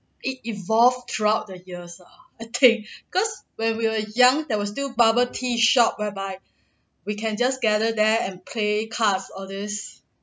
it evolve throughout the years ah I think cause when we were young there were still bubble tea shop whereby we can just gather there and play cards all this